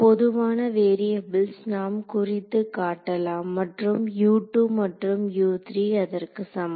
பொதுவான வேரியபுள்ஸ் நாம் குறித்து காட்டலாம் மற்றும் மற்றும் அதற்கு சமம்